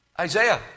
Isaiah